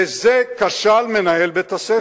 בזה כשל מנהל בית-הספר.